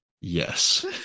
yes